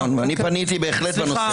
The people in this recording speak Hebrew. אני פניתי בהחלט בנושא.